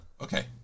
Okay